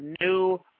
new